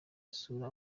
gusura